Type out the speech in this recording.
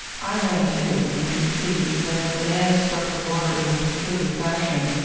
i ran too, and could see that as the man struck the water in a peculiar fashion,